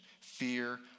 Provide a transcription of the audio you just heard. Fear